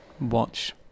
watch